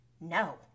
no